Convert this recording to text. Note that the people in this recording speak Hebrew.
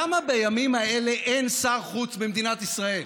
למה בימים האלה אין שר חוץ במדינת ישראל?